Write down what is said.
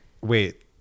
wait